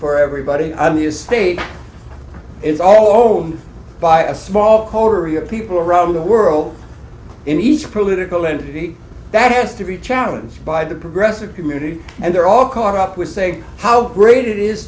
for everybody i mean you state is all one by a small coterie of people around the world in each political entity that has to be challenged by the progressive community and they're all caught up with saying how great it is